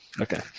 Okay